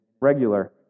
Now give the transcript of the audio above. regular